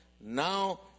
now